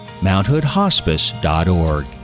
mounthoodhospice.org